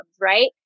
right